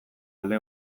alde